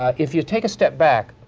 if you take a step back,